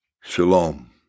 Shalom